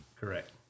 Correct